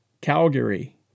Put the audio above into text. Calgary